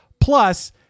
Plus